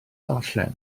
ddarllen